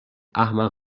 احمق